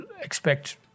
expect